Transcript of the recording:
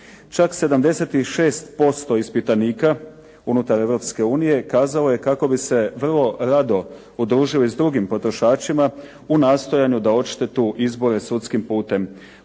Čak 76% ispitanika unutar Europske unije kazalo je kako bi se vrlo rado udružili s drugim potrošačima u nastojanju da odštetu izbore sudskim putem.